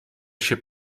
się